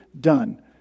done